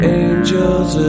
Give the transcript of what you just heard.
angels